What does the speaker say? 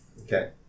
Okay